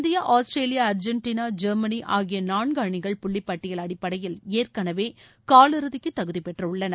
India Australia Argentina Germany ஆகிய நான்கு அணிகள் புள்ளி பட்டியல் அடிப்படையில் ஏற்கனவே காலிறுதிக்கு தகுதி பெற்றுள்ளன